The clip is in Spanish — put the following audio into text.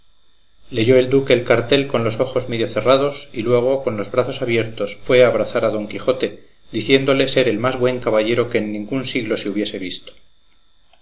leyó el duque el cartel con los ojos medio cerrados y luego con los brazos abiertos fue a abrazar a don quijote diciéndole ser el más buen caballero que en ningún siglo se hubiese visto